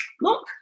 Look